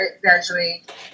graduate